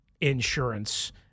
insurance